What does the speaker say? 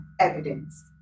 evidence